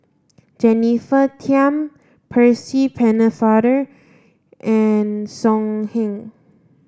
Jennifer Tham Percy Pennefather and So Heng